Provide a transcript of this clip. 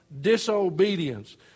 disobedience